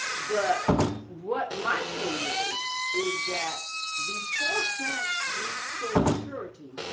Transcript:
but what my thing is is that before plants reach full maturity,